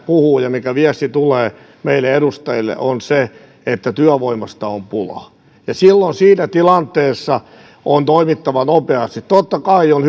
puhuvat ja mikä viesti tulee meille edustajille on se että työvoimasta on pulaa silloin siinä tilanteessa on toimittava nopeasti totta kai on